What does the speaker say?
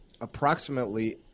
approximately